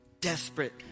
desperate